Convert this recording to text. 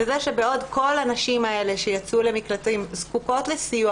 שבעוד שכל הנשים האלה שיצאו למקלטים זקוקות לסיוע